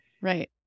Right